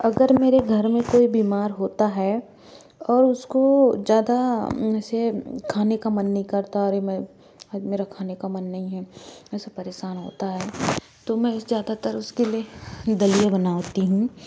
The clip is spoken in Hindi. अगर मेरे घर में कोई बीमार होता है और उसको ज़्यादा में से खाने का मन नहीं करता अरे मैं आज मेरा खाने का मन नहीं है ऐसा परेशान होता है तो मैं ज़्यादातर उसके लिए दलिया बनती हूँ